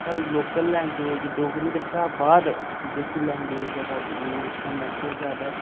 साढ़ी local language Dogri कशा बाद जेह्की लैंग्वेज ऐ तां ओह् इत्थै म्हत्तब ज्यादा